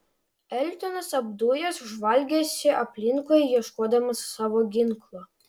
eltonas apdujęs žvalgėsi aplinkui ieškodamas savo ginklo